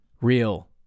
real